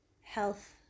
health